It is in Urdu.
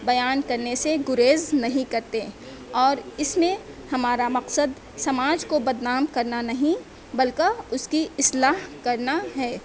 بیان کرنے سے گریز نہیں کرتے اور اس میں ہمارا مقصد سماج کو بدنام کرنا نہیں بلکہ اس کی اصلاح کرنا ہے